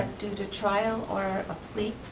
due to trial or a plea?